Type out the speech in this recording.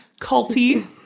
culty